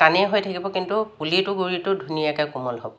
টানেই হৈ থাকিব কিন্তু পুলিটো গুড়িটো ধুনীয়াকৈ কোমল হ'ব